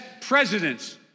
presidents